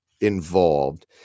involved